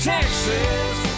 Texas